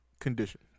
condition